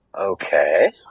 Okay